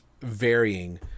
varying